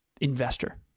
investor